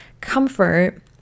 comfort